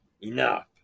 Enough